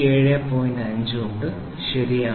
500 ഉണ്ട് ശരിയാണ്